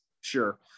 Sure